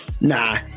Nah